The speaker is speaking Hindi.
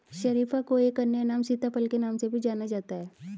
शरीफा को एक अन्य नाम सीताफल के नाम से भी जाना जाता है